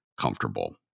comfortable